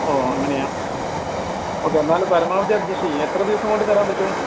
ഓഹ് അങ്ങനെയാണോ ഓക്കേ എന്നാലും പരമാവധി അഡ്ജസ്റ്റ് ചെയ്യ് എത്ര ദിവസം കൊണ്ട് തരാൻ പറ്റും